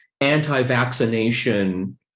anti-vaccination